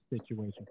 situation